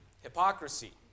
Hypocrisy